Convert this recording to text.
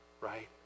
right